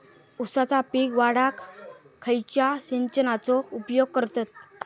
ऊसाचा पीक वाढाक खयच्या सिंचनाचो उपयोग करतत?